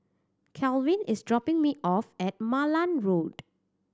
Kalvin is dropping me off at Malan Road